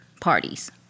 parties